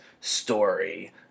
story